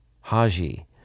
Haji